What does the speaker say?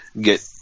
get –